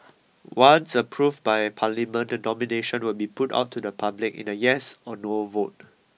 once approved by parliament the nomination will be put on to the public in a yes or no a vote